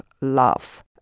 love